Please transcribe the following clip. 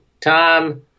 Tom